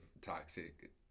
toxic